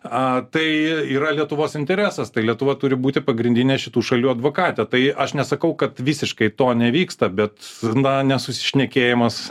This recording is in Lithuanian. a tai yra lietuvos interesas tai lietuva turi būti pagrindinė šitų šalių advokatė tai aš nesakau kad visiškai to nevyksta bet na nesusišnekėjimas